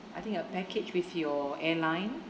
I think a package with your airline